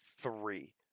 three